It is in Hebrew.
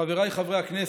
חבריי חברי הכנסת,